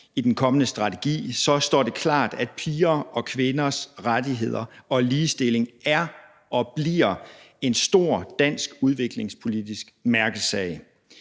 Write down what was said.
i den kommende strategi står det klart, at pigers og kvinders rettigheder og ligestilling er og bliver en stor dansk udviklingspolitisk mærkesag.